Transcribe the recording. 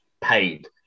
paid